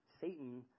Satan